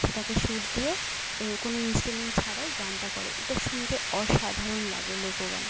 সেটাকে সুর দিয়ে এর কোনো ইনস্টুমেন্ট ছাড়াই গানটা করে এটা শুনতে অসাধারণ লাগে লোকগান